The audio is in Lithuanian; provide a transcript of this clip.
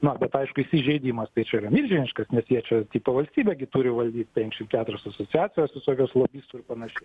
na bet aišku įsižeidimas tai čia yra milžiniškas nes jie čia tipo valstybė gi turi valdyt penkiasdešimt keturios asociacijos visokios lobistų ir panašiai